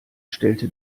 stellte